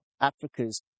Africa's